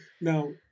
now